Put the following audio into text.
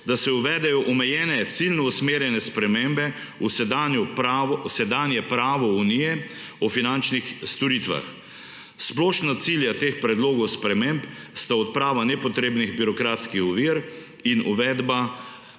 da se uvedejo omejene ciljno usmerjene spremembe v sedanje pravo Unije o finančnih storitvah. Splošna cilja teh predlogov sprememb sta odprava nepotrebnih birokratskih ovir in uvedba